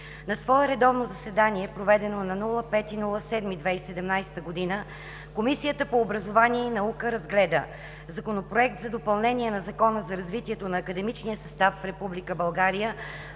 На свое редовно заседание, проведено на 5 юли 2017 г., Комисията по образованието и науката разгледа: - Законопроект за допълнение на Закона за развитието на академичния състав в